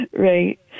Right